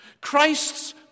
Christ's